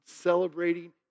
celebrating